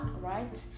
right